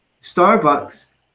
Starbucks